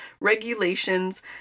regulations